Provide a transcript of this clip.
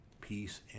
peace